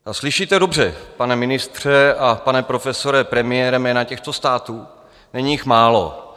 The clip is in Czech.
A slyšíte dobře, pane ministře a pane profesore premiére, jména těchto států, není jich málo.